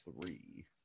three